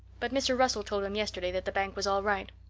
but mr. russell told him yesterday that the bank was all right.